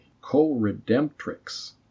co-redemptrix